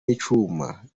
n’icyuma